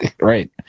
Right